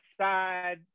side